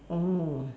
orh